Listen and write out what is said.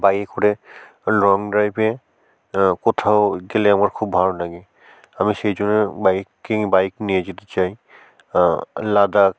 বাইকে করে লং ড্রাইভে কোথাও গেলে আমার খুব ভালো লাগে আমি সেই জন্য বাইক কি বাইক নিয়ে যেতে চাই লাদাখ